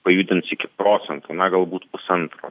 pajudins iki procento na galbūt pusantro